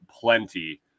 plenty